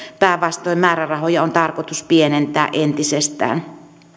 päinvastoin määrärahoja on tarkoitus pienentää entisestään